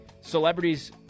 celebrities